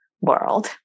world